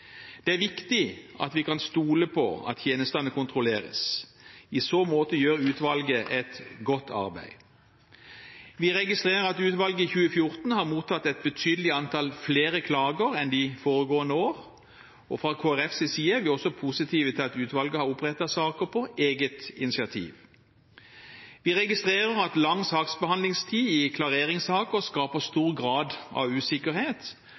Det er viktig at vi kan stole på at tjenestene kontrolleres. I så måte gjør utvalget et godt arbeid. Vi registrerer at utvalget i 2014 har mottatt et betydelig antall flere klager enn de foregående år. Fra Kristelig Folkepartis side er vi også positive til at utvalget har opprettet saker på eget initiativ. Vi registrerer at lang saksbehandlingstid i klareringssaker skaper stor grad av usikkerhet,